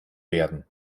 werden